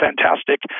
fantastic